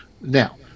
Now